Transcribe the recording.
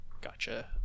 gotcha